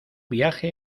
viaje